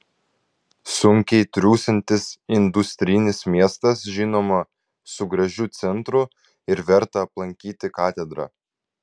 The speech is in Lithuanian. sunkiai triūsiantis industrinis miestas žinoma su gražiu centru ir verta aplankyti katedra